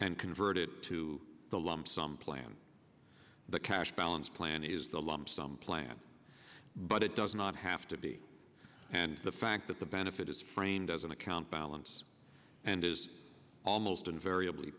and convert it to the lump sum plan the cash balance plan is the lump sum plan but it does not have to be and the fact that the benefit is framed as an account balance and is almost in vari